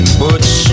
butch